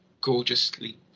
gorgeously